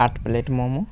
আট প্লেট মোমো